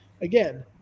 Again